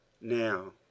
Now